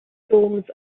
storms